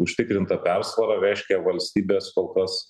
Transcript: užtikrinta persvara reiškia valstybės kol kas